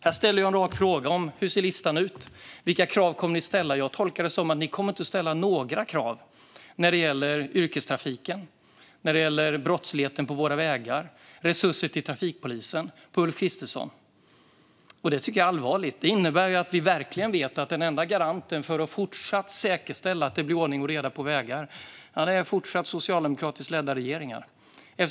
Jag ställde en rak fråga om hur listan ser ut och vilka krav ni kommer att ställa, men jag tolkar det som att ni inte kommer att ställa några krav på Ulf Kristersson när det gäller yrkestrafiken, brottsligheten på våra vägar och resurser till trafikpolisen. Det tycker jag är allvarligt. Detta innebär att vi verkligen vet att den enda garanten för att säkerställa ordning och reda på våra vägar är att fortsätta ha socialdemokratiskt ledda regeringar.